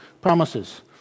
promises